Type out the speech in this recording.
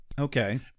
Okay